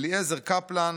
אליעזר קפלן,